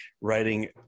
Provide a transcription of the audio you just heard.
writing